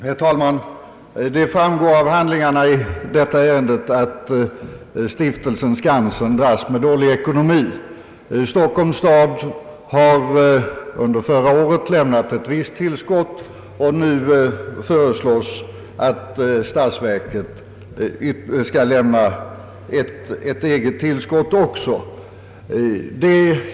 Herr talman! Det framgår av handlingarna i detta ärende, att stiftelsen Skansen dras med dålig ekonomi. Stockholms stad har under förra året lämnat ett visst tillskott, och nu föreslås att även statsverket skall lämna ett eget tillskott.